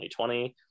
2020